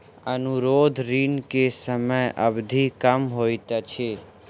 अनुरोध ऋण के समय अवधि कम होइत अछि